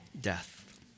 death